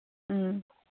ꯎꯝ